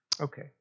Okay